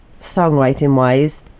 songwriting-wise